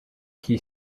qui